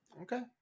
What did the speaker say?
Okay